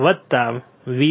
તેથી VG VGS VDS VD